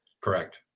Correct